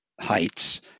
heights